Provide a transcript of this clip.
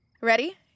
Ready